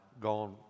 gone